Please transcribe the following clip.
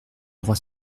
droit